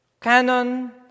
Canon